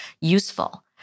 useful